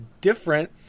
different